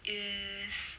eh